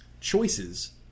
choices